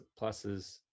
pluses